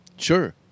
Sure